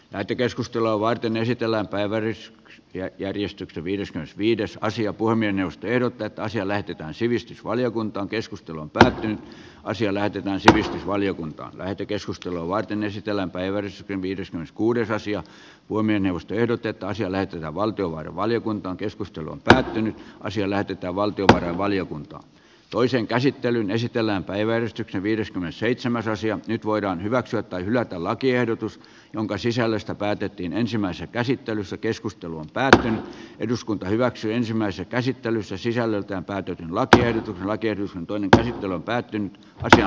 lähetekeskustelua varten esitellään päivällis ja järjestyksen viideskymmenesviides osiopulmiin jos tiedotetaan siellä pitää sivistysvaliokunta keskustelun tärkein asia lähetetään sivistysvaliokuntaan lähetekeskustelua varten esitellään päiväkäskyn viides kuuden rasia puominosti ehdotetaan siellä kyllä valtiovarainvaliokunta keskustelu on päättynyt ja siellä pitää valtiota ja valiokunta toisen käsittelyn esitellään päiväystyksen viideskymmenesseitsemäs aasia nyt voidaan hyväksyä tai hylätä lakiehdotus jonka sisällöstä päätettiin ensimmäisessä käsittelyssä keskusteluun pääsee eduskunta hyväksyi ensimmäisen käsittelyssä sisällöltään päätyi lattian alla kiersin toiminta ja olen päätynyt paria